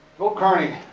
phil kearney